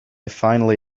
finally